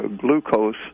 glucose